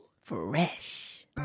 Fresh